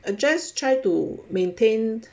I just try to maintain